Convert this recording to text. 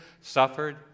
suffered